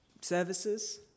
services